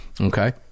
okay